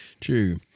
True